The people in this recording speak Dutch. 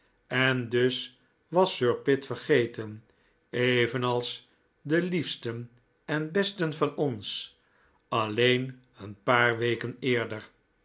en dus was sir pitt vergeten evenals de liefsten en besten van ons alleen een paar weken eerder